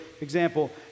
example